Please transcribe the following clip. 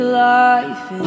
life